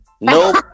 Nope